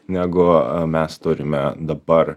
negu mes turime dabar